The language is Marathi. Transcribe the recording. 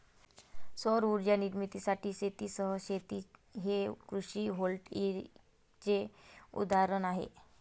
सौर उर्जा निर्मितीसाठी शेतीसह शेती हे कृषी व्होल्टेईकचे उदाहरण आहे